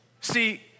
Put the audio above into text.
See